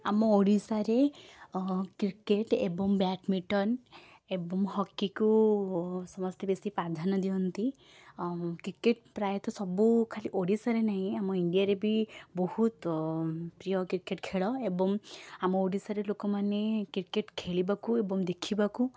ଆମ ଓଡ଼ିଶାରେ କ୍ରିକେଟ୍ ଏବଂ ବ୍ୟାଡ଼ମିଟନ୍ ଏବଂ ହକିକୁ ସମସ୍ତେ ବେଶୀ ପ୍ରାଧାନ୍ୟ ଦିଅନ୍ତି କ୍ରିକେଟ୍ ପ୍ରାୟତଃ ସବୁ ଖାଲି ଓଡ଼ିଶାରେ ନାହିଁ ଆମ ଇଣ୍ଡିଆରେ ବି ବହୁତ ପ୍ରିୟ କ୍ରିକେଟ୍ ଖେଳ ଏବଂ ଆମ ଓଡ଼ିଶାରେ ଲୋକମାନେ କ୍ରିକେଟ୍ ଖେଳିବାକୁ ଏବଂ ଦେଖିବାକୁ